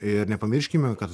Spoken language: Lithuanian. ir nepamirškime kad